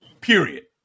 period